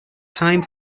time